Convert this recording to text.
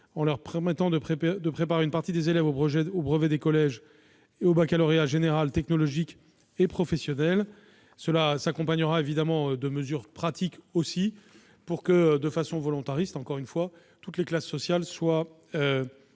en leur permettant de préparer une partie des élèves au brevet des collèges et au baccalauréat général, technologique et professionnel. Cela s'accompagnera aussi de mesures pratiques afin que, de façon volontariste, toutes les classes sociales soient